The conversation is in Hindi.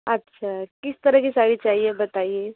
अच्छा किस तरह की साड़ी चाहिए बताइए